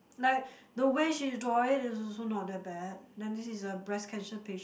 like the way she draw it is also not so bad then this is a breast cancer patient